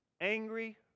angry